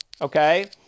okay